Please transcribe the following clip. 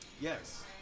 yes